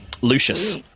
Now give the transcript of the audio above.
Lucius